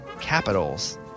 capitals